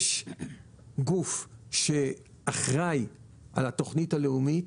יש גוף שאחראי על התוכנית הלאומית,